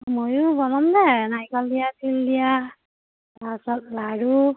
ময়ো বনম দে নাৰিকল দিয়া তিল দিয়া তাৰপাছত লাড়ু